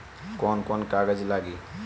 कौन कौन कागज लागी?